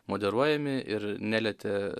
moderuojami ir nelietė